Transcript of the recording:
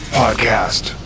podcast